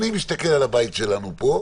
אני מסתכל על הבית שלנו פה,